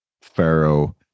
pharaoh